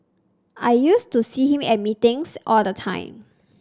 I used to see him at meetings all the time